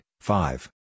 five